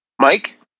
Mike